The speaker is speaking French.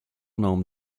nombre